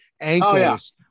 ankles